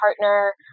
partner